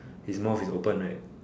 his mouth is open like